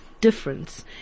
difference